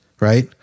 right